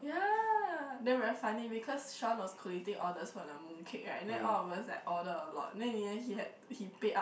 ya then very funny because Shawn was collating on the spot the mooncake [right] then all of us like order a lot then in the end he had he pay up